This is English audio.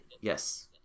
yes